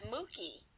Mookie